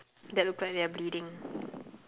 that look like they're bleeding